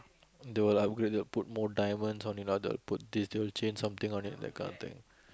they will like okay okay lah put more diamonds on it lah they'll put this they change something on it kind of thing